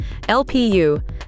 LPU